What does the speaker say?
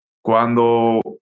cuando